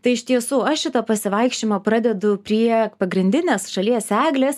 tai iš tiesų aš šitą pasivaikščiojimą pradedu prie pagrindinės šalies eglės